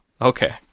Okay